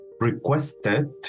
requested